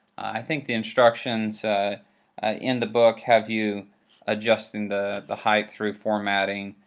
i think the instructions in the book have you adjusting the the height through formatting,